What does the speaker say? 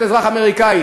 להיות אזרח אמריקני,